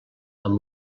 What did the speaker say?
amb